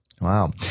Wow